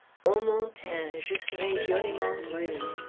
o mon teint! je serai joliment brune!